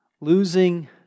Losing